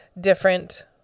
different